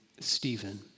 Stephen